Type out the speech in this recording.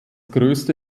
größte